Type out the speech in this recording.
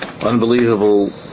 unbelievable